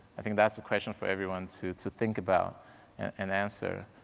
i think that's a question for everyone to to think about and answer,